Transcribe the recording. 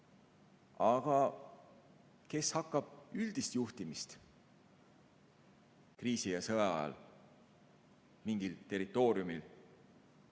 Aga kes hakkab üldist juhtimist kriisi- ja sõjaajal mingil territooriumil